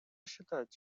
считать